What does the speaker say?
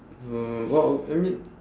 mm well I mean